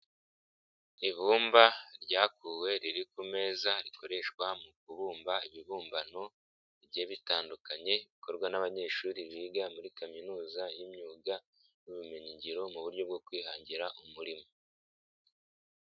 Ibumba ryakuwe riri ku meza, rikoreshwa mu kubumba ibibumbano bigiye bitandukanye, bikorwa n'abanyeshuri biga muri kaminuza y'imyuga n'ubumenyingiro mu buryo bwo kwihangira umurimo.